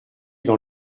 dans